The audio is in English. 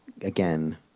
again